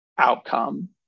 Outcome